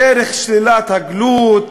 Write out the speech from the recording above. דרך שלילת הגלות,